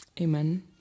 amen